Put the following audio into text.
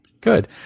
Good